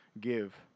give